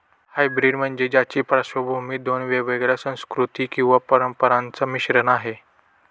hybrid म्हणजे ज्याची पार्श्वभूमी दोन वेगवेगळ्या संस्कृती किंवा परंपरांचा मिश्रण आहे